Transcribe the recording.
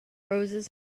roses